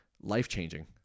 life-changing